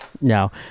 No